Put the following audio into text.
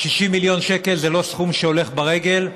60 מיליון שקל זה לא סכום שהולך ברגל,